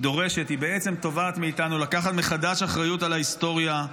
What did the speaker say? היא בעצם תובעת מאיתנו לקחת מחדש אחריות על ההיסטוריה,